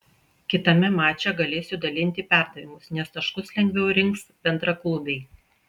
kitame mače galėsiu dalinti perdavimus nes taškus lengviau rinks bendraklubiai